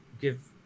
give